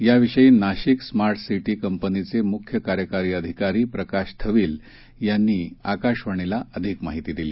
याविषयी Nashik smart city कंपनीचे मुख्य कार्यकारी अधिकारी प्रकाश थवील यांनी आकाशवाणीला अधिक माहिती दिली